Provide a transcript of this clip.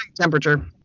temperature